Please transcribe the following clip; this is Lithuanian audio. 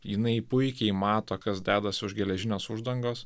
jinai puikiai mato kas dedas už geležinės uždangos